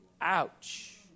Ouch